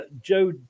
Joe